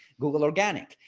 google organic,